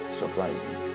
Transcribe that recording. surprising